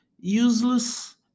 useless